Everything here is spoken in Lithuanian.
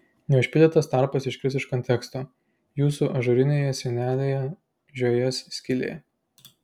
neužpildytas tarpas iškris iš konteksto jūsų ažūrinėje sienelėje žiojės skylė